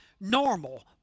normal